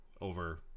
over